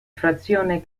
frazione